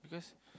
because